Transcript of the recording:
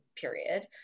period